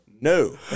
no